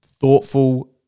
thoughtful